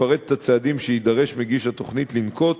המפרש את הצעדים שיידרש מגיש התוכנית לנקוט